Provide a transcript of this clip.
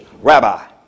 rabbi